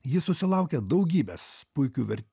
jis susilaukė daugybės puikių ver